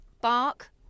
Bark